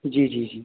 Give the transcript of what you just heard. जी जी जी